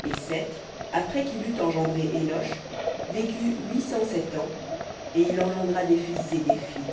et seth après qu'il eut engendré énosh vécut huit cent sept ans et il engendra des fils et des filles